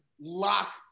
lock